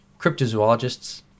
cryptozoologists